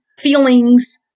feelings